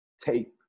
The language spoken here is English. tape